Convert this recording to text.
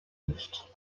nicht